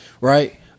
right